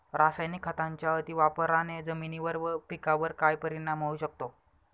रासायनिक खतांच्या अतिवापराने जमिनीवर व पिकावर काय परिणाम होऊ शकतो?